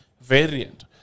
variant